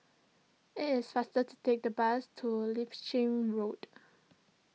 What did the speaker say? it is faster to take the bus to Road